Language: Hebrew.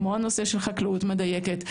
כמו הנושא של חקלאות מדייקת,